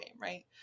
right